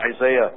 Isaiah